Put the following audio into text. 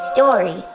Story